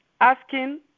asking